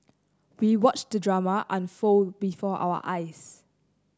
we watched the drama unfold before our eyes